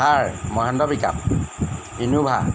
Thar Mahindra pick up Innova